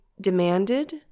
demanded